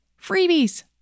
Freebies